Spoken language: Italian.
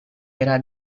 era